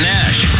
Nash